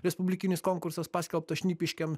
respublikinis konkursas paskelbtas šnipiškėm